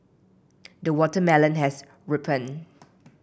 the watermelon has ripened